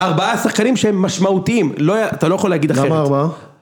ארבעה שחקנים שהם משמעותיים, אתה לא יכול להגיד אחרת. למה ארבעה?